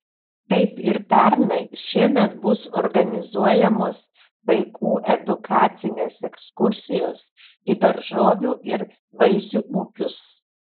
kaip ir pernai šiemet bus organizuojamos vaikų edukacines ekskursijos į daržovių ir vaisių ūkius